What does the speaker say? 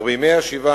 אך בימי השבעה,